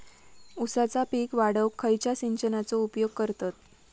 ऊसाचा पीक वाढाक खयच्या सिंचनाचो उपयोग करतत?